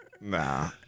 Nah